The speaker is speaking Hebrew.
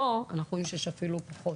פה אנחנו רואים שיש אפילו פחות.